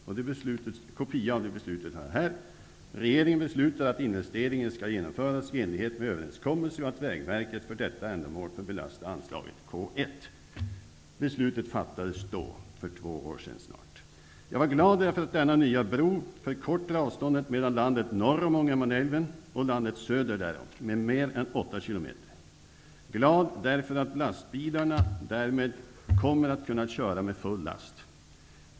Jag har här en kopia av det beslutet. Det står att regeringen beslutar att investeringen skall genomföras i enlighet med överenskommelser, och att Vägverket för detta ändamål får belasta anslaget K 1. Beslutet fattades för snart två år sedan. Jag var glad därför att denna nya bro skulle förkorta avståndet mellan landet norr om Ångermanälven och landet söder därom med mer än 8 kilometer. Jag var glad därför att lastbilarna därmed kommer att kunna köra med full last.